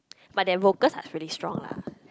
but their vocals are really strong lah